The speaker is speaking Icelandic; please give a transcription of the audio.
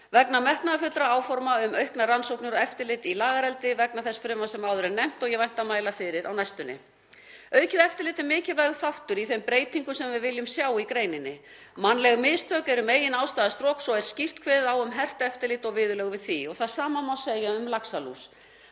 vegna metnaðarfullra áforma um auknar rannsóknir og eftirlit í lagareldi vegna þess frumvarps sem áður er nefnt og ég vænti að mæla fyrir á næstunni. Aukið eftirlit er mikilvægur þáttur í þeim breytingum sem við viljum sjá í greininni. Mannleg mistök eru meginástæða stroks og er skýrt kveðið á um hert eftirlit og viðurlög við því og það sama má segja um laxalús.